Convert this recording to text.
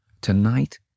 Tonight